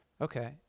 okay